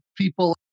people